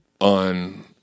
on